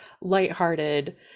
lighthearted